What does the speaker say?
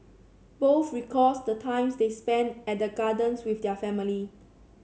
both recalls the times they spent at the gardens with their family